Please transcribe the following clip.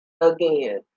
again